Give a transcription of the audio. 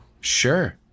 Sure